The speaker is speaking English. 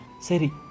Seri